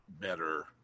better